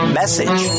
message